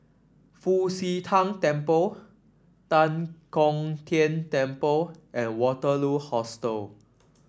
Fu Xi Tang Temple Tan Kong Tian Temple and Waterloo Hostel